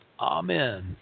Amen